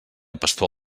pastor